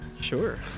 Sure